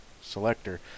selector